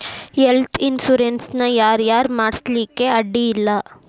Health insurance ನ ಯಾರ್ ಯಾರ್ ಮಾಡ್ಸ್ಲಿಕ್ಕೆ ಅಡ್ಡಿ ಇಲ್ಲಾ?